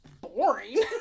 boring